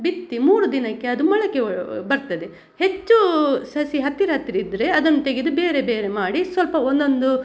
ಬಿತ್ತಿ ಮೂರು ದಿನಕ್ಕೆ ಅದು ಮೊಳಕೆ ಒ ಬರ್ತದೆ ಹೆಚ್ಚು ಸಸಿ ಹತ್ತಿರ ಹತ್ತಿರ ಇದ್ದರೆ ಅದನ್ನು ತೆಗೆದು ಬೇರೆ ಬೇರೆ ಮಾಡಿ ಸ್ವಲ್ಪ ಒಂದೊಂದು